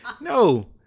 no